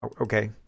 okay